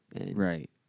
right